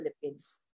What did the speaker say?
Philippines